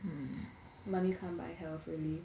hmm money can't buy have really